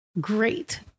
Great